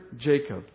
Jacob